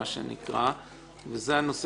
מאחר